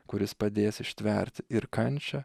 kuris padės ištverti ir kančią